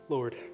Lord